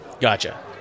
Gotcha